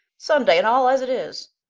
sunday and all as it is.